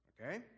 Okay